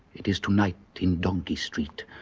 it is to-night in donkey street,